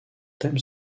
thème